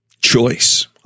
choice